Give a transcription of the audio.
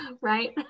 Right